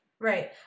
Right